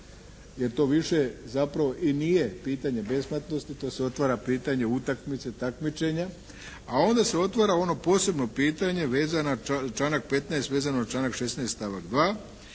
jer to više zapravo i nije pitanje besplatnosti, to se otvara pitanje utakmice takmičenja, a onda se otvara ono posebno pitanje vezan na članak 15., vezano na članak 16. stavak 2.